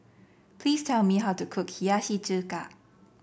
please tell me how to cook Hiyashi Chuka